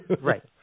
Right